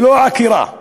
ולא עקירה.